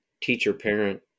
teacher-parent